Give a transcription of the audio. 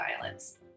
violence